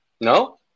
No